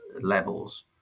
levels